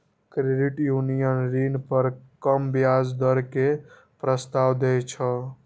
credit union ऋण पर कम ब्याज दर के प्रस्ताव दै छै